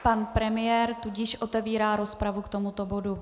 Pan premiér, tudíž otevírá rozpravu k tomuto bodu.